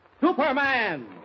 Superman